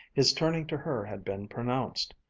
his turning to her had been pronounced.